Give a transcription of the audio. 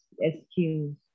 excuse